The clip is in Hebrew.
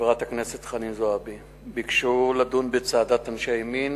וחברת הכנסת חנין זועבי ביקשו לדון בצעדת אנשי ימין